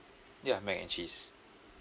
yeah mac and cheese